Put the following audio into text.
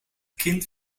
kind